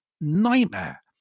nightmare